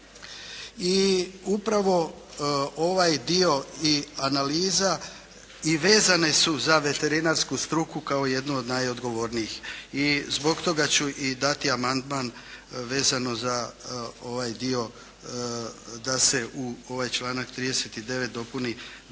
I upravo ovaj dio i analiza i vezane su za veterinarsku struku kao jednu od najodgovornijih. I zbog toga ću i dati amandman vezano za ovaj dio da se ovaj članak 39. dopuni da